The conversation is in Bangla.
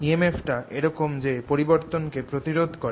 EMF টা এরকম যে পরিবর্তনকে প্রতিরোধ করে